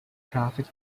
traffic